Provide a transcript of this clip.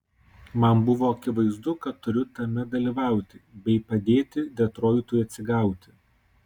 man buvo akivaizdu kad turiu tame dalyvauti bei padėti detroitui atsigauti